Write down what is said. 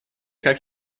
как